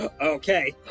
Okay